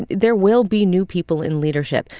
there will be new people in leadership.